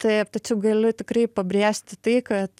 taip tačiau galiu tikrai pabrėžti tai kad